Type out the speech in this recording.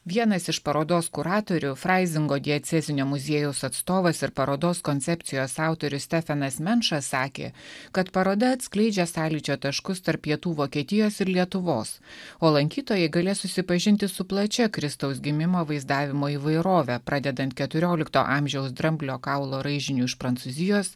vienas iš parodos kuratorių fraizingo diacezinio muziejaus atstovas ir parodos koncepcijos autorius stefenas menča sakė kad paroda atskleidžia sąlyčio taškus tarp pietų vokietijos ir lietuvos o lankytojai galės susipažinti su plačia kristaus gimimo vaizdavimo įvairove pradedant keturiolikto amžiaus dramblio kaulo raižiniu iš prancūzijos